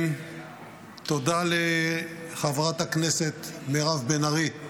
תודה לחברת הכנסת מירב בן ארי.